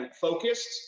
focused